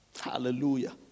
hallelujah